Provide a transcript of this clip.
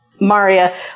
Maria